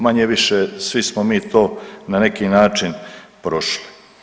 Manje-više svi smo mi to na neki način prošli.